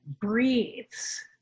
breathes